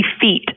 feet